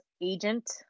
agent